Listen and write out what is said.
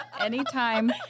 Anytime